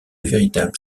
véritable